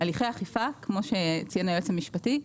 הליך אכיפה כמו שציין היועץ המשפטי,